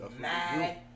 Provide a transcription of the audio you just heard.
Mad